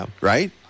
right